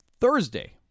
thursday